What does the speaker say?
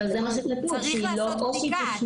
צריך לעשות בדיקה,